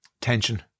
tension